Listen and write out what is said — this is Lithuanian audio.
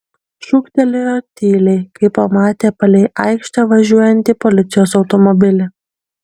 šūktelėjo tyliai kai pamatė palei aikštę važiuojantį policijos automobilį